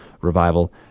Revival